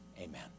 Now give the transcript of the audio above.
Amen